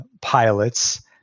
pilots